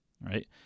right